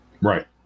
Right